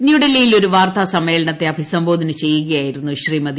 ന്യൂഡൽഹിയിൽ ഒരു വാർത്താസമ്മേളനത്തെ അഭിസംബോധന ചെയ്യുകയായിരുന്നു ശ്രീമതി